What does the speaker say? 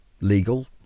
legal